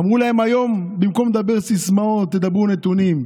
אמרו להם היום: במקום לדבר סיסמאות, תדברו נתונים.